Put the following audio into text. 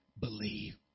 believe